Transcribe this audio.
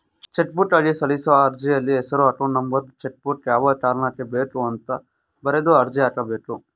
ಚೆಕ್ಬುಕ್ಗಾಗಿ ಸಲ್ಲಿಸೋ ಅರ್ಜಿಯಲ್ಲಿ ಹೆಸರು ಅಕೌಂಟ್ ನಂಬರ್ ಚೆಕ್ಬುಕ್ ಯಾವ ಕಾರಣಕ್ಕೆ ಬೇಕು ಅಂತ ಬರೆದು ಅರ್ಜಿ ಹಾಕಬೇಕು